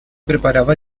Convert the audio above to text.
preparaba